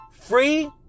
free